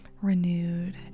renewed